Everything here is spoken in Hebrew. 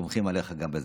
סומכים עליך גם בזה.